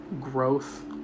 growth